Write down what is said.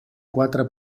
quatre